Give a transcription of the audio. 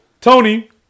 Tony